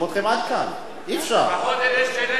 לפחות אלה שאין להם נטייה מינית, שישמעו.